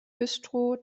güstrow